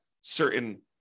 certain